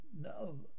no